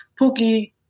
Pookie